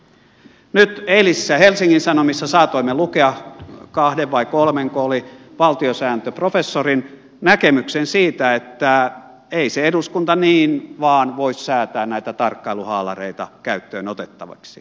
nyt eilisestä helsingin sanomista saatoimme lukea kahden vai kolmenko oli valtiosääntöprofessorin näkemyksen siitä että ei se eduskunta niin vain voi säätää näitä tarkkailuhaalareita käyttöön otettavaksi